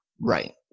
right